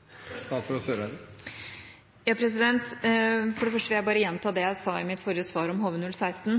For det første vil jeg bare gjenta det jeg sa i mitt forrige svar om HV-016.